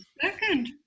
second